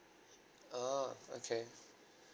oh okay